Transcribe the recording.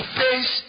face